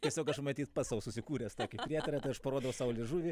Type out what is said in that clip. tiesiog aš matyt pats sau susikūręs tą prietarą tai aš parodau sau liežuvį